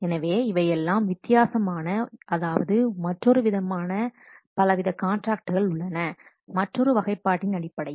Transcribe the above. எனவே இவையெல்லாம் வித்தியாசமான அதாவது மற்றொரு விதமான பலவித கான்ட்ராக்ட்கள் உள்ளன மற்றொரு வகைப்பாட்டின் அடிப்படையில்